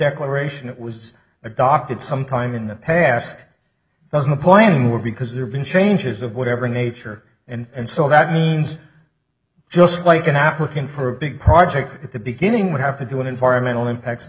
declaration that was adopted sometime in the past doesn't apply anymore because there been changes of whatever nature and so that means just like an applicant for a big project at the beginning would have to do an environmental impact